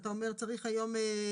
ואתה אומר צריך היום לשנות,